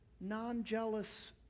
non-jealous